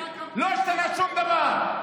לא השתנה שום דבר.